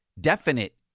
definite